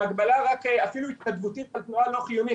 עם הגבלה אפילו התנדבותית על תנועה לא חיונית,